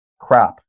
Crap